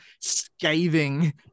scathing